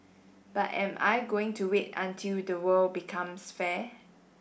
but am I going to wait until the world becomes fair